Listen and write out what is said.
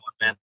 man